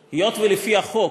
פשוט: היות שעל-פי החוק,